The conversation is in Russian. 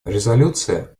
резолюция